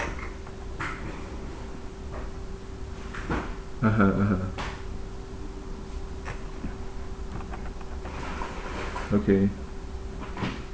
(uh huh) (uh huh) okay